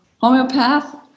homeopath